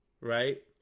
Right